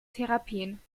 therapien